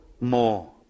more